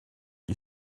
you